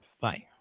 Bye